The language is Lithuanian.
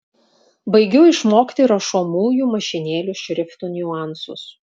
baigiu išmokti rašomųjų mašinėlių šriftų niuansus